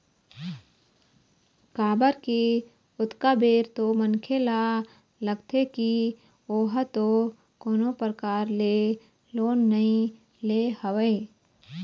काबर की ओतका बेर तो मनखे ल लगथे की ओहा तो कोनो परकार ले लोन नइ ले हवय